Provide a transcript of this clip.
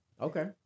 Okay